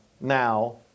now